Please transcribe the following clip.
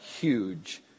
huge